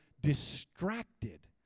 distracted